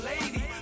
lady